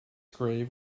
grave